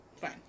fine